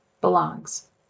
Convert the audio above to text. belongs